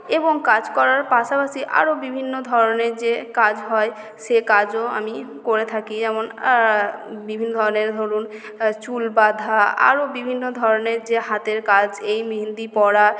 এবং কাজ করার পাশাপাশি আরও বিভিন্ন ধরণের যে কাজ হয় সে কাজও আমি করে থাকি যেমন বিভিন্ন ধরণের ধরুন চুল বাঁধা আরও বিভিন্ন ধরণের যে হাতের কাজ এই মেহেন্দি পরা